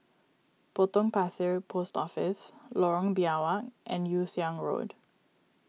Potong Pasir Post Office Lorong Biawak and Yew Siang Road